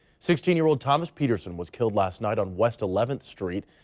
sixteen year old thomas peterson was killed last night on west eleventh street.